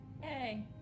Hey